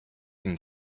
than